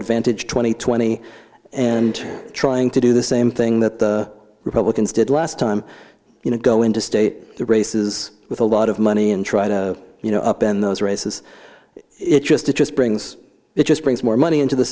advantage twenty twenty and trying to do the same thing that the republicans did last time you know go into state races with a lot of money and try to you know up in those races it just it just brings it just brings more money into the